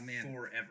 forever